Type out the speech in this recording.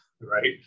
right